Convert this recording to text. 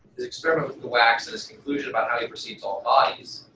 experiment with the wax and his conclusion about how he perceives all bodies.